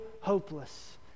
hopeless